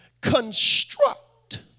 construct